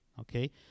Okay